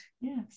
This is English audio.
yes